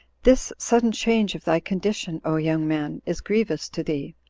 this sudden change of thy condition, o young man! is grievous to thee,